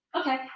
Okay